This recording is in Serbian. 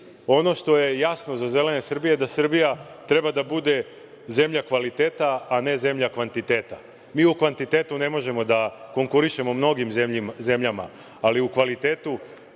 što je jasno za Zelene Srbije, Srbija treba da bude zemlja kvaliteta, a ne zemlja kvantiteta. Mi u kvantitetu ne možemo da konkurišemo mnogim zemljama, ali u kvalitetu